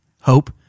Hope